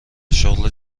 شغل